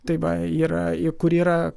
tai va yra ir kur yra